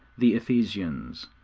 the ephesians,